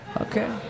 Okay